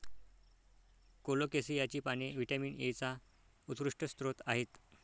कोलोकेसियाची पाने व्हिटॅमिन एचा उत्कृष्ट स्रोत आहेत